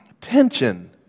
tension